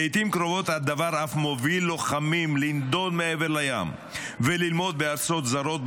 לעיתים קרובות הדבר אף מוביל לוחמים לנדוד מעבר לים וללמוד בארצות זרות,